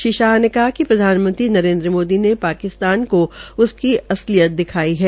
श्री शाह ने कहा कि प्रधानमंत्री नरेन्द्र मोदी ने पाकिस्तान को उसकी असलियत दिखाई है